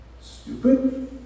stupid